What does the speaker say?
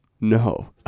No